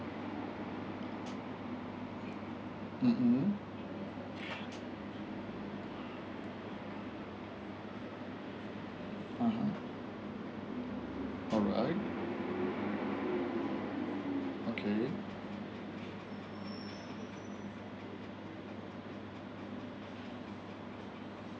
mmhmm a'ah alright okay